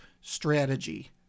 strategy